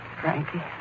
Frankie